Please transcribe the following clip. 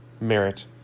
merit